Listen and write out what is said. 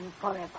forever